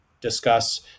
discuss